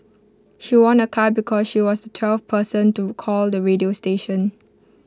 she won A car because she was twelfth person to call the radio station